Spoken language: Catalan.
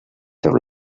feu